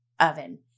Oven